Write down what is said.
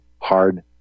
hard